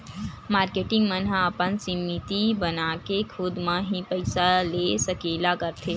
marketing मन ह अपन समिति बनाके खुद म ही पइसा के सकेला करथे